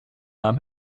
namen